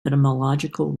etymological